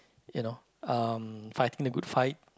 you know um fighting the good fight